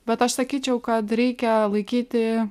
bet aš sakyčiau kad reikia laikyti